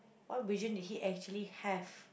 what vision did he actually have